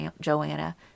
Joanna